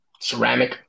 ceramic